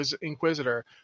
Inquisitor